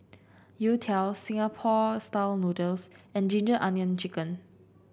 Youtiao Singapore style noodles and ginger onion chicken